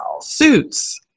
suits